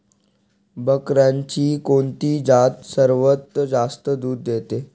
बकऱ्यांची कोणती जात सर्वात जास्त दूध देते?